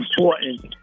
important